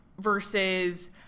versus